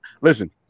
Listen